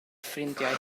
ffrindiau